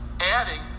adding